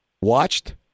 watched